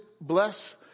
bless